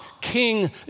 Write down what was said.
King